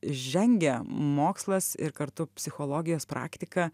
žengia mokslas ir kartu psichologijos praktika